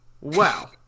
wow